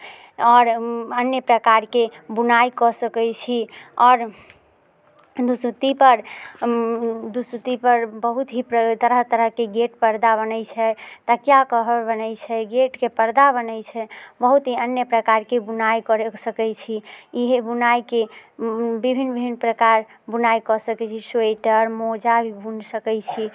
आओर अन्य प्रकारकेँ बुनाइ कऽ सकैत छी आओर दुसुत्ती पर दुसुत्ती पर बहुत ही तरह तरहके गेट पर्दा बनैत छै तकिआ कभर बनैत छै गेटके पर्दा बनैत छै बहुत ही अन्य प्रकारके बुनाइ कर सकैत छी इहे बुनाइके विभिन्न विभिन्न प्रकार बुनाइ कऽ सकैत छी स्वेटर मोजा भी बुन सकैत छी